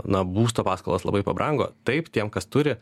na būsto paskolos labai pabrango taip tiem kas turi